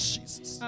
Jesus